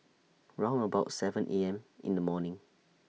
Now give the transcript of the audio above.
round about seven A M in The morning